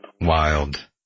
Wild